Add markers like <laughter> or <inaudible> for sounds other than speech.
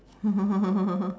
<laughs>